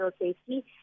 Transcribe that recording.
safety